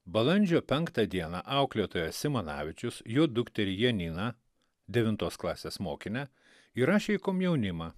balandžio penktą dieną auklėtojas simanavičius jų dukterį janiną devintos klasės mokinę įrašė į komjaunimą